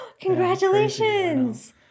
Congratulations